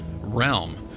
realm